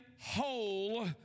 whole